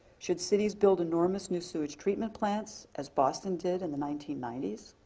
should cities build enormous new sewage treatment plants as boston did in the nineteen ninety s?